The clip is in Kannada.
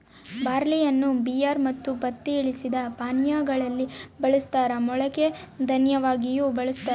ಬಾರ್ಲಿಯನ್ನು ಬಿಯರ್ ಮತ್ತು ಬತ್ತಿ ಇಳಿಸಿದ ಪಾನೀಯಾ ಗಳಲ್ಲಿ ಬಳಸ್ತಾರ ಮೊಳಕೆ ದನ್ಯವಾಗಿಯೂ ಬಳಸ್ತಾರ